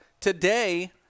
Today